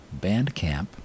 Bandcamp